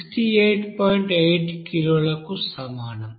8 కిలోలకు సమానం